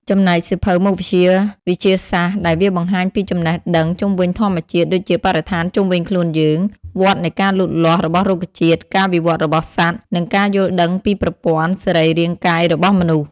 ចំណែក សៀវភៅមុខវិជ្ជាវិទ្យាសាស្ត្រដែលវាបង្ហាញពីចំណេះដឹងជុំវិញធម្មជាតិដូចជាបរិស្ថានជុំវិញខ្លួនយើង វដ្ដនៃការលូតលាស់របស់រុក្ខជាតិ ការវិវត្តរបស់សត្វ និងការយល់ដឹងពីប្រព័ន្ធសរីរាង្គកាយរបស់មនុស្ស។